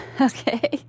Okay